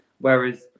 whereas